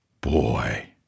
Boy